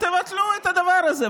תבטלו את הדבר הזה.